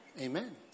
Amen